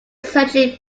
searching